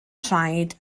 traed